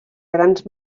grans